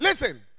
Listen